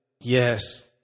Yes